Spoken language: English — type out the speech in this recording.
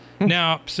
Now